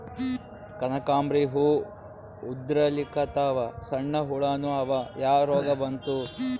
ಕನಕಾಂಬ್ರಿ ಹೂ ಉದ್ರಲಿಕತ್ತಾವ, ಸಣ್ಣ ಹುಳಾನೂ ಅವಾ, ಯಾ ರೋಗಾ ಬಂತು?